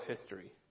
history